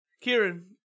kieran